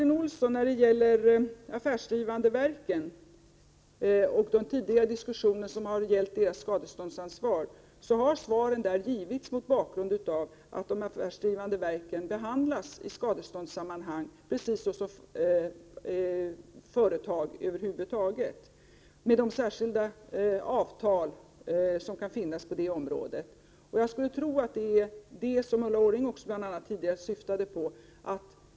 När det gäller de affärsdrivande verken och tidigare diskussioner som har gällt deras skadeståndsansvar, vill jag säga till Martin Olsson att svaren i fråga om detta har givits mot bakgrund av att de affärsdrivande verken i skadeståndssammanhang behandlas precis som företag över huvud taget med de särskilda avtal som över huvud taget kan finnas på detta område. Jag skulle tro att det var detta som även Ulla Orring syftade på.